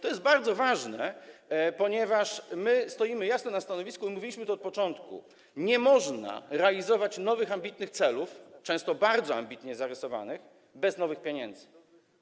To jest bardzo ważne, ponieważ my stoimy jasno na stanowisku i mówiliśmy to od początku: nie można realizować nowych, ambitnych celów, często bardzo ambitnie zarysowanych, bez nowych pieniędzy.